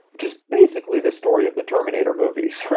which is basically the story of the terminator movies,